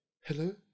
Hello